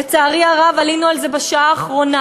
לצערי הרב, עלינו על זה בשעה האחרונה.